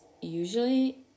usually